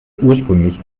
ursprünglich